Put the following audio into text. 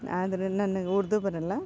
ಆದರೆ ನನಗೆ ಉರ್ದು ಬರಲ್ಲ